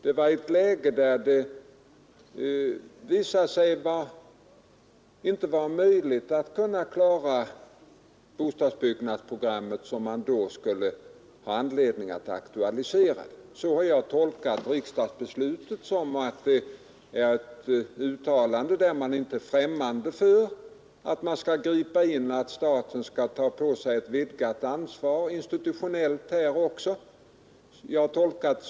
Det var i ett läge där det visade sig inte vara möjligt att klara bostadsbyggnadsprogrammet som man skulle ha anledning att aktualisera detta. Så har jag tolkat detta riksdagsbeslut — ett uttalande där man inte är främmande för att staten skall ta på sig ett vidgat intitutionellt ansvar.